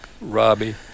Robbie